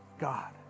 God